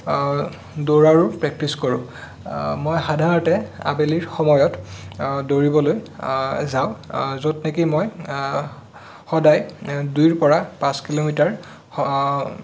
দৌৰাৰো practice কৰোঁ মই সাধাৰণতে আবেলিৰ সময়ত দৌৰিবলৈ যাওঁ য'ত নেকি মই সদায় দুইৰ পৰা পাঁচ কিলোমিটাৰ